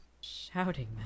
Shouting